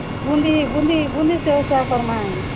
ବୁନ୍ଦି ବୁନ୍ଦି ବୁନ୍ଦି ସେଓ ସାର୍ କର୍ମା